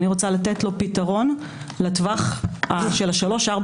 אני רוצה לתת לו פתרון לטווח של שלוש-ארבע